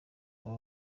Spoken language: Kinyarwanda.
baba